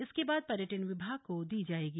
इसके बाद पर्यटन विभाग को दी जायेगी